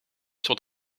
soort